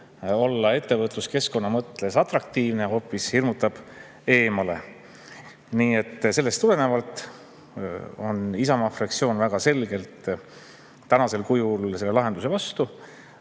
olla ettevõtluskeskkonna mõttes atraktiivne, hoopis hirmutab eemale. Sellest tulenevalt on Isamaa fraktsioon väga selgelt selle tänasel kujul esitatud lahenduse vastu.